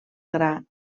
gra